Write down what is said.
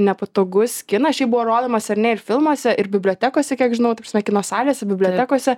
nepatogus kinas šiaip buvo rodomas ar ne ir filmuose ir bibliotekose kiek žinau ta prasme kino salėse bibliotekose